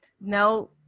no